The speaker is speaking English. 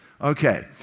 Okay